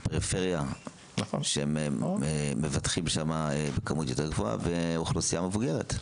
יש פריפריה שהם מבטחים שם כמות יותר גבוהה ואוכלוסייה מבוגרת.